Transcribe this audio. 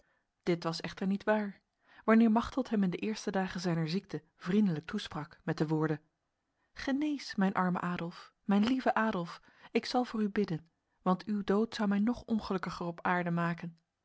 dit was echter niet waar wanneer machteld hem in de eerste dagen zijner ziekte vriendelijk toesprak met de woorden genees mijn arme adolf mijn lieve adolf ik zal voor u bidden want uw dood zou mij nog ongelukkiger op aarde maken